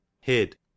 hid